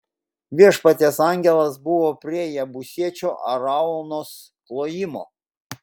viešpaties angelas buvo prie jebusiečio araunos klojimo